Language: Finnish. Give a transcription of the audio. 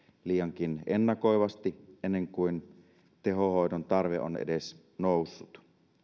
liiankin ennakoivasti ennen kuin tehohoidon tarve on edes noussut